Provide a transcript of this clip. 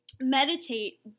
meditate